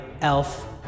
Elf